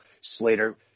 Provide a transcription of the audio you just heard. Slater